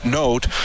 note